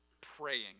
praying